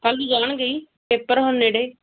ਕੱਲ੍ਹ ਨੂੰ ਜਾਣਗੇ ਹੀ ਪੇਪਰ ਹੁਣ ਨੇੜੇ